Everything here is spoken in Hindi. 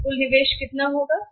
तो कुल निवेश कितना होगा